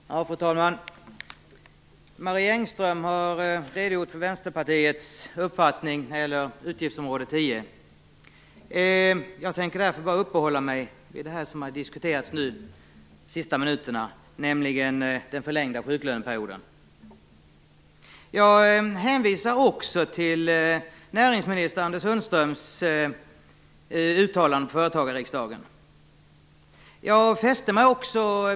Fru talman! Marie Engström har redogjort för Vänsterpartiets uppfattning när det gäller utgiftsområde 10. Jag tänker därför bara uppehålla mig vid det som har diskuterats under de senaste minuterna, nämligen den förlängda sjuklöneperioden. Jag hänvisar också till näringsminister Anders Sundströms uttalande på småföretagarriksdagen.